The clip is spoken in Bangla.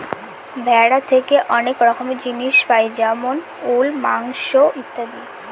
ভেড়া থেকে অনেক রকমের জিনিস পাই যেমন উল, মাংস ইত্যাদি